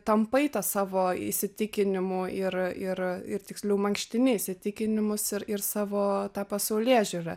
tampai tą savo įsitikinimų ir ir ir tiksliau mankštini įsitikinimus ir ir savo tą pasaulėžiūrą